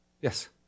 Yes